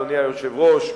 אדוני היושב-ראש,